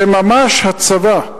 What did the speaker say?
זה ממש הצבא.